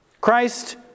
christ